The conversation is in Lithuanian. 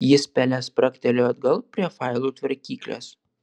jis pele spragtelėjo atgal prie failų tvarkyklės